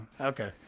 okay